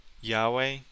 Yahweh